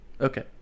okay